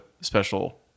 special